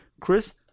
Chris